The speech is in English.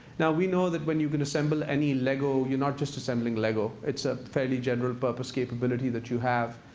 now we know that when you can assemble any lego you're not just assembling lego. it's a fairly general-purpose capability that you have.